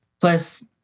Plus